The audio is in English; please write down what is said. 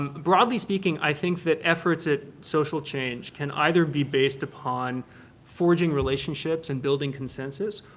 um broadly speaking, i think that efforts at social change can either be based upon forging relationships and building consensus,